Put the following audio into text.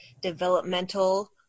developmental